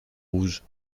rouges